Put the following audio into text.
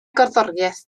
gerddoriaeth